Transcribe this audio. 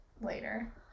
later